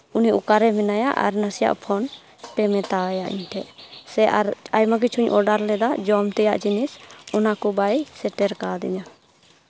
ᱩᱱᱤ ᱚᱠᱟᱨᱮ ᱢᱮᱱᱟᱭᱟ ᱟᱨ ᱱᱟᱥᱮᱭᱟᱜ ᱯᱷᱳᱱ ᱯᱮ ᱢᱮᱛᱟᱣᱟᱭ ᱤᱧ ᱴᱷᱮᱱ ᱥᱮ ᱟᱨ ᱮᱭᱢᱟ ᱠᱤᱪᱷᱩᱧ ᱚᱰᱟᱨ ᱞᱮᱫᱟ ᱡᱚᱢ ᱛᱮᱭᱟᱜ ᱡᱤᱱᱤᱥ ᱚᱱᱟ ᱠᱚ ᱵᱟᱭ ᱥᱮᱴᱮᱨ ᱠᱟᱣᱫᱤᱧᱟ